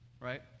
right